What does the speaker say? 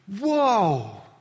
whoa